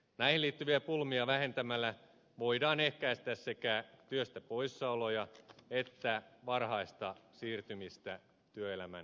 näihin liittyviä pulmia vähentämällä voidaan ehkäistä sekä työstä poissaoloja että varhaista siirtymistä työelämän ulkopuolelle